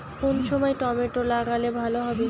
কোন সময় টমেটো লাগালে ভালো হবে?